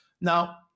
Now